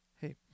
Hey